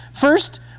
First